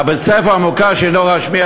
בית-הספר המוכר שאינו רשמי,